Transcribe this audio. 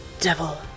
devil